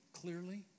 clearly